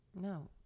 No